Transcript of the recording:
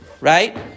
right